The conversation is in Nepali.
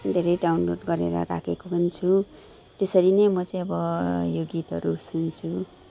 धेरै डाउनलोड गरेर राखेको हुन्छु त्यसरी नै म चाहिँ अब यो गीतहरू सुन्छु